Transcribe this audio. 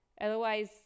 Otherwise